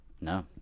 No